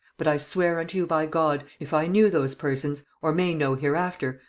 but i swear unto you by god, if i knew those persons, or may know hereafter,